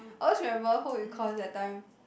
I always remember home-econs that time